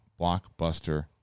blockbuster